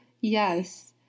Yes